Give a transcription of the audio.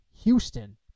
Houston